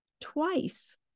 Twice